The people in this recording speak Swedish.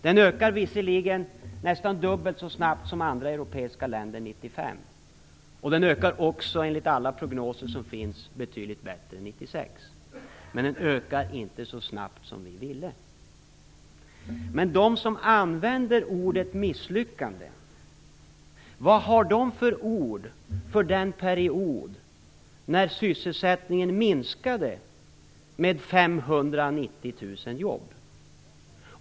Den ökade visserligen nästan dubbelt så snabbt som i andra europeiska länder 1995. Den ökar också enligt alla prognoser som finns betydligt snabbare 1996. Men den ökar inte så snabbt som vi ville. Vad har de som använder ordet misslyckande för ord för den period när sysselsättningen minskade med 590 000 jobb?